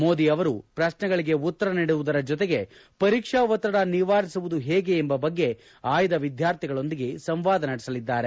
ಮೋದಿ ಅವರು ಪ್ರಶ್ನೆಗಳಿಗೆ ಉತ್ತರ ನೀಡುವುದರ ಜೊತೆಗೆ ಪರೀಕ್ಷಾ ಒತ್ತಡ ನಿವಾರಿಸುವುದು ಹೇಗೆ ಎಂಬ ಬಗ್ಗೆ ಆಯ್ದ ವಿದ್ಯಾರ್ಥಿಗಳೊಂದಿಗೆ ಸಂವಾದ ನಡೆಸಲಿದ್ದಾರೆ